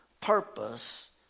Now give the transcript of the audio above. purpose